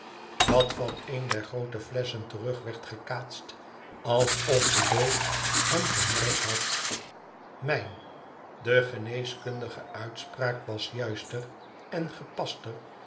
dat van een der groote flesschen terug werd gekaatst alsof de dood hem gemerkt had mijn de geneeskundige uitspraak wat juister en gepaster